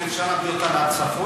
אם אפשר להביא אותה לצפון,